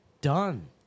done